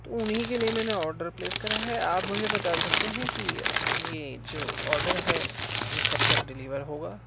تو انہیں کے لیے میں نے آڈر پلیس کرا ہے آپ مجھے بتا سکتے ہیں کہ یہ جو آڈر ہے یہ کب تک ڈلیور ہوگا